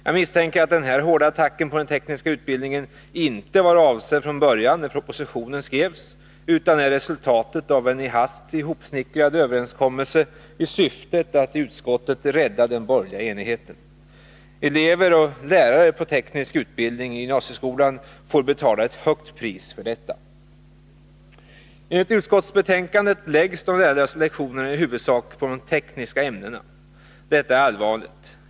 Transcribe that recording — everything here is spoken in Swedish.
Jag misstänker att denna hårda attack på den tekniska utbildningen inte var avsedd när propositionen skrevs utan är resultatet av en i hast ihopsnickrad överenskommelse i syfte att i utskottet rädda den borgerliga enigheten. Elever och lärare på teknisk utbildning i gymnasieskolan får betala ett högt pris för detta. Enligt utskottsbetänkandet läggs de lärarlösa lektionerna i huvudsak på de tekniska ämnena. Detta är allvarligt.